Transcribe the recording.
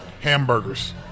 hamburgers